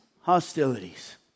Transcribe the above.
hostilities